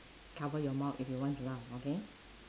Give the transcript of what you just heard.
cover your mouth if you want to laugh okay